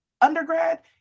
undergrad